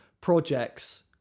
projects